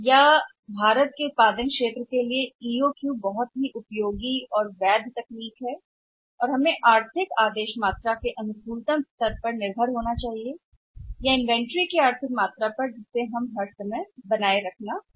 या भारत जैसा विनिर्माण वातावरण EOQ वैध और बहुत उपयोगी तकनीक है और हम आर्थिक आदेश मात्रा पर इष्टतम स्तर या बाहर काम करने के लिए उस पर निर्भर होना चाहिए सामग्री की आर्थिक मात्रा जिसे हमें हर समय बनाए रखना है